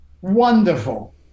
wonderful